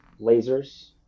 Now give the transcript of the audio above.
lasers